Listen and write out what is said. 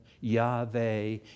Yahweh